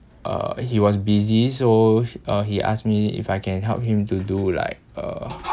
uh he was busy so she uh he ask me if I can help him to do like uh